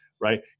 right